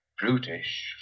brutish